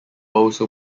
also